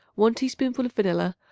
one teaspoonful of vanilla,